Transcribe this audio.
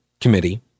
Committee